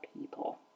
people